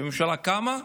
שהממשלה קמה,